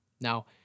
now